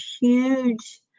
huge